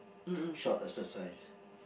short exercise